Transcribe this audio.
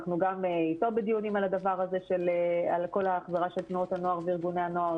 אנחנו גם אתו בדיונים על כל החזרה הזו של תנועות הנוער וארגוני הנוער,